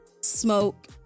smoke